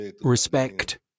Respect